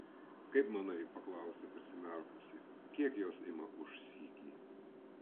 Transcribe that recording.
kaip manai paklausė prisimerkusi kiek jos ima už sykį